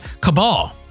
Cabal